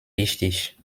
wichtig